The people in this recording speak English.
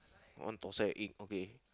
one thosai egg okay